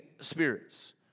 spirits